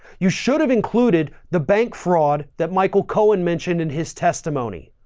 you should've included the bank fraud that michael cohen mentioned in his testimony.